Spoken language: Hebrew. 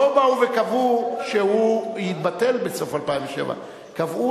לא באו וקבעו שהוא יתבטל בסוף 2007. קבעו